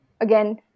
again